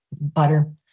butter